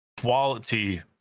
quality